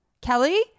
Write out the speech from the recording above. Kelly